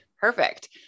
Perfect